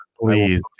please